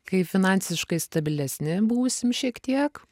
kai finansiškai stabilesni būsim šiek tiek